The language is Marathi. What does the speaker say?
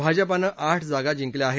भाजपानं आठ जागा जिंकल्या आहेत